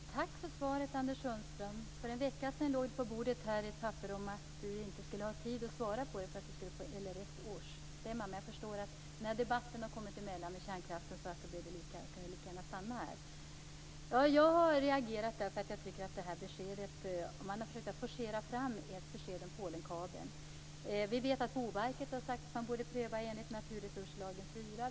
Fru talman! Tack för svaret, Anders Sundström. För en vecka sedan låg det på bordet ett meddelande om att Anders Sundström inte skulle ha tid att besvara interpellationen eftersom han skulle på LRF:s årsstämma. Men jag förstår att när debatten om kärnkraften har kommit emellan kan han lika gärna stanna här. Jag har reagerat därför att jag tycker att man har försökt forcera fram ett besked om Polenkabeln. Vi vet att Boverket har sagt att man borde pröva frågan enligt 4 kap. i naturresurslagen.